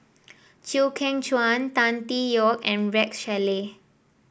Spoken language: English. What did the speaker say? Chew Kheng Chuan Tan Tee Yoke and Rex Shelley